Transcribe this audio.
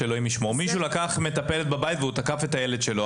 שאלוהים ישמור מישהו לקח מטפלת בבית והוא תקפה את הילד שלו.